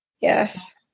Yes